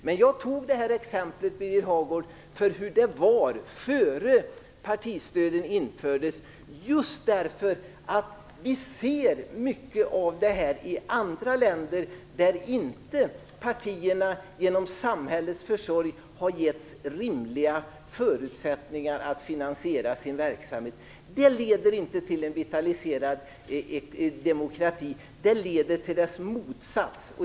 Men jag tog det här som exempel på hur det var innan partistöden infördes just därför att vi ser mycket av detta i andra länder där inte partierna genom samhällets försorg har getts rimliga förutsättningar att finansiera sin verksamhet. Det leder inte till en vitaliserad demokrati. Det leder till dess motsats.